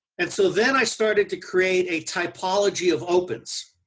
and so then i started to create a typology of opens.